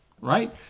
Right